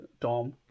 dom